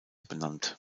benannt